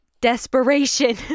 desperation